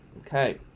okay